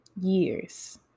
years